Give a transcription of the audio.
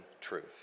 truth